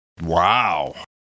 Wow